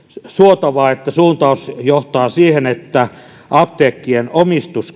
suotavaa että suuntaus johtaa siihen että apteekkien omistus